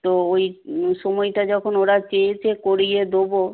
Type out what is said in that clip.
তো ওই সময়টা যখন ওরা চেয়েছে করিয়ে দেবো